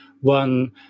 one